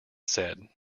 said